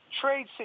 trade